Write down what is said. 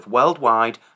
Worldwide